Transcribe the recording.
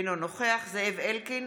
אינו נוכח זאב אלקין,